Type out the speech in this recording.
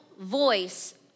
voice